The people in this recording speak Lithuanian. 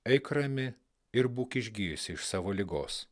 eik rami ir būk išgijusi iš savo ligos